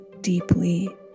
deeply